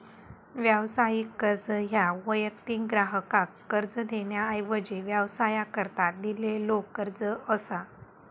व्यावसायिक कर्ज ह्या वैयक्तिक ग्राहकाक कर्ज देण्याऐवजी व्यवसायाकरता दिलेलो कर्ज असा